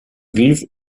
brief